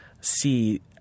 see